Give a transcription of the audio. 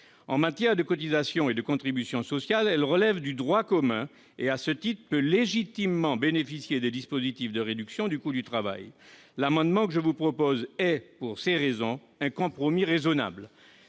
En matière de cotisations et de contributions sociales, Saint-Barthélemy relève du droit commun et, à ce titre, peut légitimement bénéficier des dispositifs de réduction du coût du travail. L'amendement que je vous soumets apparaît donc comme un compromis raisonnable.